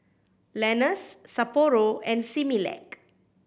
Lenas Sapporo and Similac